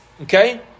Okay